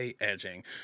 edging